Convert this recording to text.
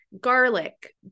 garlic